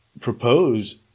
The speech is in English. propose